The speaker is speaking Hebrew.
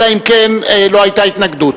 אלא אם כן היתה התנגדות.